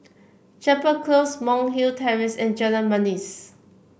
Chapel Close Monk's Hill Terrace and Jalan Manis